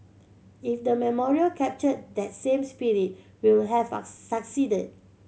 if the memorial captured that same spirit we will have a succeeded